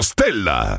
Stella